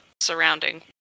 surrounding